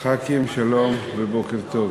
שלום ובוקר טוב,